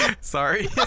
Sorry